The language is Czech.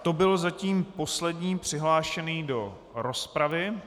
To byl zatím poslední přihlášený do rozpravy.